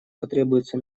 потребуется